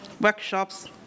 workshops